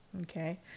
Okay